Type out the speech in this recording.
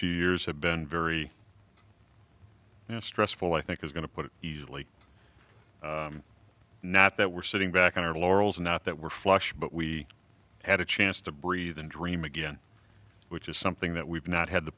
few years have been very stressful i think is going to put it easily not that we're sitting back on our laurels not that we're flush but we had a chance to breathe and dream again which is something that we've not had the